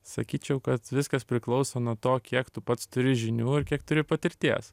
sakyčiau kad viskas priklauso nuo to kiek tu pats turi žinių ir kiek turi patirties